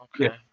okay